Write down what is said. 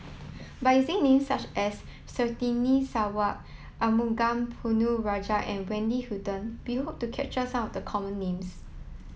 by using names such as Surtini Sarwan Arumugam Ponnu Rajah and Wendy Hutton we hope to capture some of the common names